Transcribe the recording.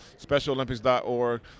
specialolympics.org